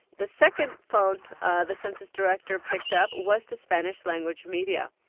the second phone ah the census director picked up was to spanish-language media.